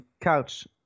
couch